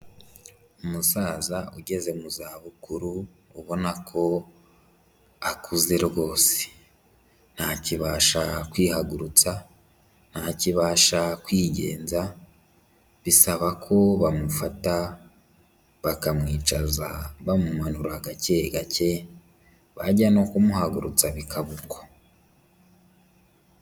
Umusaza ugeze mu zabukuru ubona ko akuze rwose, ntakibasha kwihagurutsa, ntakibasha kwigenza bisaba ko bamufata bakamwicaza bamumanura gakegake bajya no kumuhagurutsa bikaba uko.